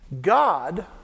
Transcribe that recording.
God